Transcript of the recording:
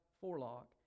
forelock